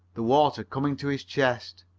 the water coming to his chest.